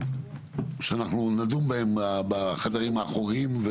שאנחנו נדון בהם בחדרים האחוריים,